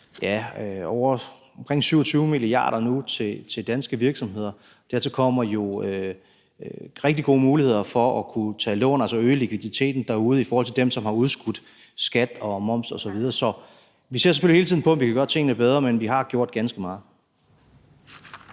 udbetalt omkring 27 mia. kr. til danske virksomheder. Dertil kommer jo rigtig gode muligheder for at kunne tage lån, altså øge likviditeten derude, i forhold til dem, som har udskudt skat og moms osv. Så vi ser selvfølgelig hele tiden på, om vi kan gøre tingene bedre, men vi har gjort ganske meget.